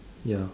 ya